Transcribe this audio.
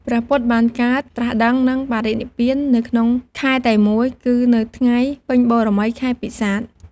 ព្រះពុទ្ធបានកើត ត្រាសដឹង និងបរិនិព្វាននៅក្នុងខែតែមួយ គឺនៅថ្ងៃពេញបូរមីខែពិសាខ ។